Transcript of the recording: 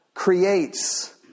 creates